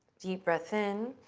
deep breath in.